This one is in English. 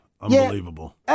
unbelievable